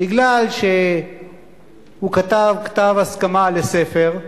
מפני שהוא כתב כתב הסכמה לספר.